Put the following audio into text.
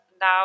now